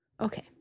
Okay